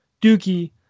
dookie